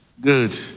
Good